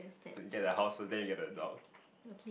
so get the house first then you get the dog